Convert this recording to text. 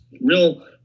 real